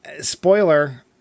Spoiler